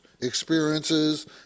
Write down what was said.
experiences